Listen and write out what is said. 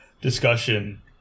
discussion